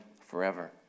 forever